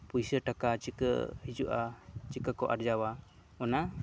ᱯᱩᱭᱥᱟᱹ ᱴᱟᱠᱟ ᱪᱤᱠᱟᱹ ᱦᱤᱡᱩᱜᱼᱟ ᱪᱤᱠᱟᱹ ᱠᱚ ᱟᱨᱡᱟᱣᱟ ᱚᱱᱟ